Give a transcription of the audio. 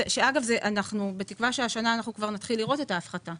בתקווה שהשנה אנחנו נתחיל לראות את ההפחתה,